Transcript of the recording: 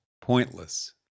pointless